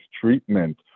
treatment